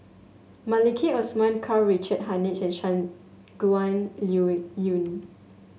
Maliki Osman Karl Richard Hanitsch Shangguan Liuyun